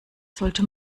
sollte